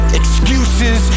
excuses